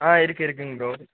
ஆ இருக்கு இருக்குதுங்க ப்ரோ அது